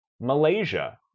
Malaysia